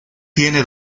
tiene